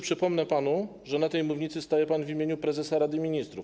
Przypomnę panu, że na tej mównicy staje pan w imieniu prezesa Rady Ministrów.